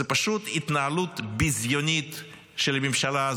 זו פשוט התנהלות ביזיונית של הממשלה,